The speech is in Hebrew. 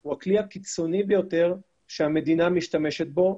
הוא הכלי הקיצוני ביותר שהמדינה משתמשת בו.